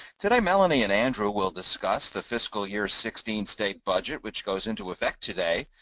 today melanie and andrew will discuss the fiscal year sixteen state budget which goes into effect today,